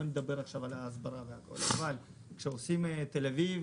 לא נדבר עכשיו על ההסברה, אבל כשכותבים "תל-אביב"